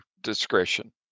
discretion